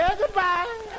Goodbye